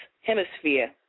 hemisphere